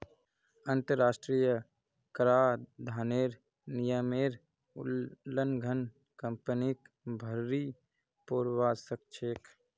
अंतरराष्ट्रीय कराधानेर नियमेर उल्लंघन कंपनीक भररी पोरवा सकछेक